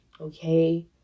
Okay